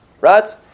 right